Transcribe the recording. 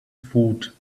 foot